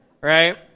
right